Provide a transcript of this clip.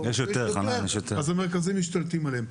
אז המרכזים משתלטים עליהן.